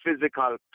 physical